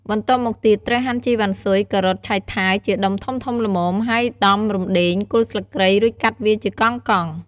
បន្ទាប់មកទៀតត្រូវហាន់ជីវ៉ាន់ស៊ុយ ការ៉ុត ឆៃថាវ ជាដុំធំៗល្មម ហើយដំរំដេង គល់ស្លឹកគ្រៃ រួចកាត់វាជាកង់ៗ។